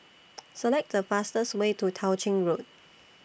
Select The fastest Way to Tao Ching Road